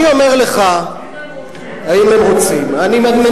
אם הם רוצים, הם יכולים ללכת.